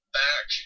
back